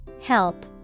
Help